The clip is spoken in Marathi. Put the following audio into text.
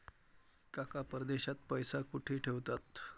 काका परदेशात पैसा कुठे ठेवतात?